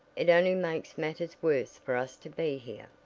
it only makes matters worse for us to be here.